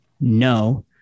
No